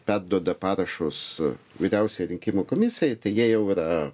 perduoda parašus a vyriausiajai rinkimų komisijai tai jie jau yra